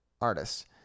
artists